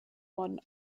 modern